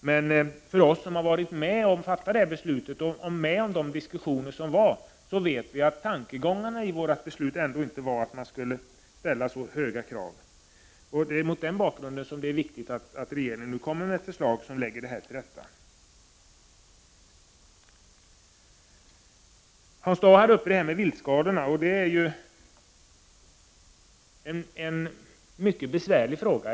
Men vi som var med om att fatta beslutet och som deltog i de diskussioner som föregick det vet att tanken bakom beslutet inte var att det skulle ställas så höga krav. Det är mot den bakgrunden viktigt att regeringen lägger fram ett förslag där förhållandena läggs till rätta. Hans Dau tog upp viltskadorna, och det är ju en mycket besvärlig fråga.